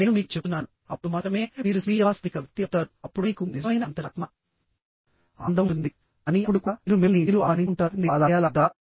నేను మీకు చెప్తున్నాను అప్పుడు మాత్రమే మీరు స్వీయ వాస్తవిక వ్యక్తి అవుతారు అప్పుడు మీకు నిజమైన అంతరాత్మ ఆనందం ఉంటుంది కానీ అప్పుడు కూడా మీరు మిమ్మల్ని మీరు అనుమానించుకుంటారుః నేను అలా చేయాలా వద్దా